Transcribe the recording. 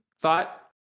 thought